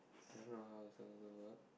that's not how it's suppose to work